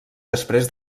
després